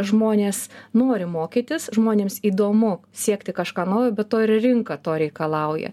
žmonės nori mokytis žmonėms įdomu siekti kažką naujo be to ir rinka to reikalauja